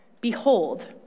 behold